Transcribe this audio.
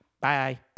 Bye